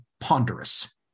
ponderous